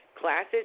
Classes